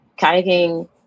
kayaking